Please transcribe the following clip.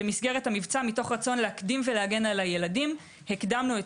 במסגרת המבצע מתוך רצון להקדים ולהגן על הילדים הקדמנו את